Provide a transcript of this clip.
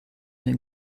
den